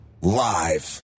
live